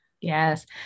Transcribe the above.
Yes